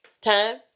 Time